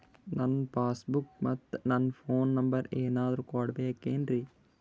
ನನ್ನ passbook ಮತ್ ನನ್ನ ಫೋನ್ ನಂಬರ್ ಏನಾದ್ರು ಕೊಡಬೇಕೆನ್ರಿ?